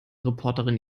reporterin